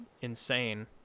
insane